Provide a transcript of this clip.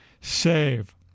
Save